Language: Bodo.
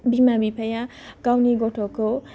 बिमा बिफाया गावनि गथ'खौ